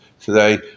today